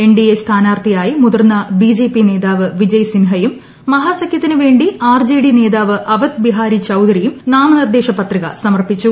N D എസ്ഥാനാർഥിയായി മുതിർന്ന B J P നേതാവ് വിജയ് സിൻഹയും മഹാസഖ്യത്തിനു വേണ്ടി ആർ ജെ ഡി നേതാവ് അവധ് ബിഹാരി ചൌധരിയും നാമനിർദ്ദേശ പത്രിക സമർപ്പിച്ചു